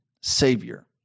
Savior